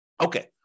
Okay